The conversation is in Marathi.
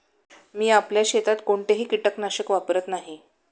मी आपल्या शेतात कोणतेही कीटकनाशक वापरत नाही